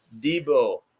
Debo